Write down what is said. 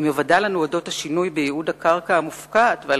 עם היוודע לנו אודות השינוי בייעוד הקרקע המופקעת ועל